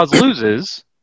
loses